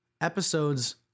episodes